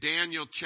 Daniel